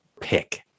pick